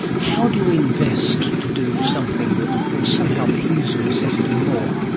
how do you invest to do something that will somehow please you aesthetically more?